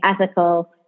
ethical